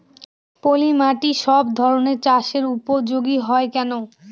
পলিমাটি সব ধরনের চাষের উপযোগী হয় কেন?